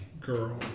girl